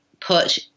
put